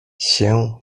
się